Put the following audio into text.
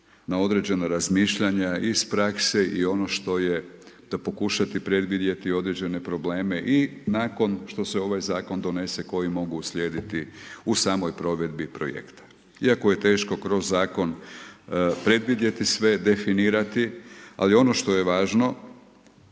na određena razmišljanja iz prakse i ono što je, da pokušati predvidjeti određene probleme i nakon što se ovaj zakon donese koji mogu uslijediti u samoj provedbi projekta. Iako je teško kroz zakon predvidjeti sve, definirati, ali ono što je važno,